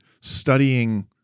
studying